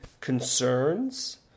concerns